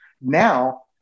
Now